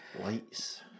Lights